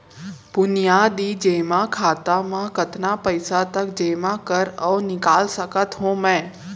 बुनियादी जेमा खाता म कतना पइसा तक जेमा कर अऊ निकाल सकत हो मैं?